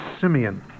Simeon